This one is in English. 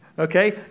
Okay